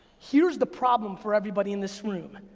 here's the problem for everybody in this room.